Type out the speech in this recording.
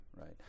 right